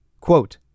Quote